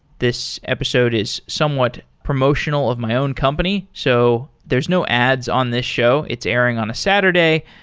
this episode is somewhat promotional of my own company, so there're no ads on this show. it's airing on a saturday.